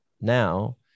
now